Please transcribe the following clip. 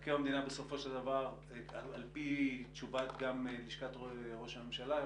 לפי מבקר המדינה בסופו של דבר - גם על פי תשובת לשכת ראש הממשלה,